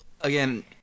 again-